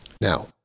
Now